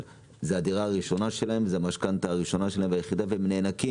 זוהי המשכנתא הראשונה והדירה